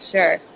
Sure